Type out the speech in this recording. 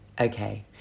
Okay